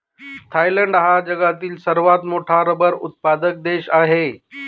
Thailand हा जगातील सर्वात मोठा रबर उत्पादक देश आहे